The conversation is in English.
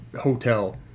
hotel